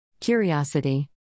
Curiosity